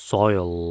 Soil